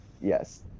Yes